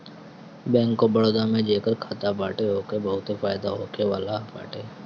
bank of Baroda में जेकर खाता बाटे ओके बहुते फायदा होखेवाला बाटे